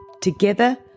Together